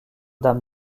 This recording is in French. dame